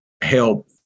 help